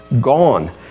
gone